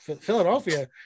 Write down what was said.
Philadelphia